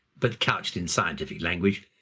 but couched in scientific language,